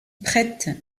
prête